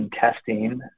testing